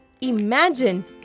Imagine